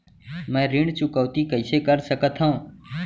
मैं ऋण चुकौती कइसे कर सकथव?